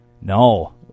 No